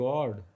God